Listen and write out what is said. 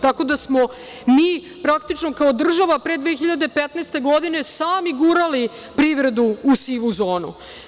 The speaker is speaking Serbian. Tako da smo praktično kao država pre 2015. godine sami gurali privredu u sivu zonu.